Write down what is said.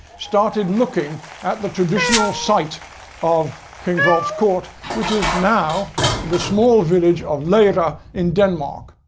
started looking at the traditional site of king hrolf's court, which is now the small village of lejre ah in denmark.